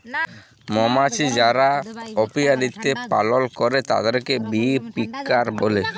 মমাছি যারা অপিয়ারীতে পালল করে তাদেরকে বী কিপার বলে